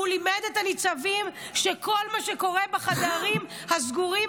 הוא גם לימד את הניצבים שכל מה שקורה בחדרים הסגורים,